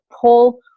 pull